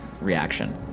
reaction